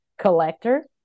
collector